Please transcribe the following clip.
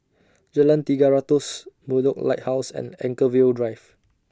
Jalan Tiga Ratus Bedok Lighthouse and Anchorvale Drive